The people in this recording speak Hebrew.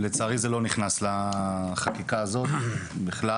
ולצערי, זה לא נכנס לחקיקה הזאת בכלל.